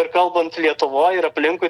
ir kalbant lietuvoj ir aplinkui